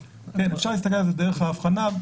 אפשר להסתכל על זה דרך ההבחנה.